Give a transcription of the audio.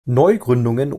neugründungen